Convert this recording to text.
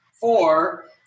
four